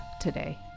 today